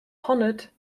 honored